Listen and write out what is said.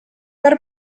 per